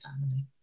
family